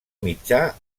mitjà